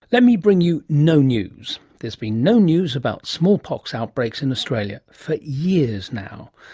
let me bring you no news. there's been no news about smallpox outbreaks in australia for years now.